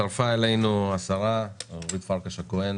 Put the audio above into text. הצטרפה אלינו השרה אורית פרקש הכהן,